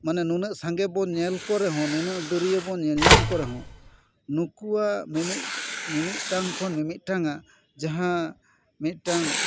ᱢᱟᱱᱮ ᱱᱩᱱᱟᱹᱜ ᱥᱟᱸᱜᱮ ᱵᱚᱱ ᱧᱮᱞ ᱠᱚ ᱨᱮᱦᱚᱸ ᱱᱩᱱᱟᱹᱜ ᱫᱟᱹᱨᱭᱟᱹ ᱵᱚᱱ ᱧᱮᱞ ᱧᱟᱢ ᱠᱚ ᱨᱮᱦᱚᱸ ᱱᱩᱠᱩᱣᱟᱜ ᱢᱤᱢᱤᱫ ᱴᱟᱝ ᱠᱷᱚᱱ ᱢᱤᱢᱤᱫ ᱴᱟᱝ ᱟᱜ ᱡᱟᱦᱟᱸ ᱢᱤᱫᱴᱟᱝ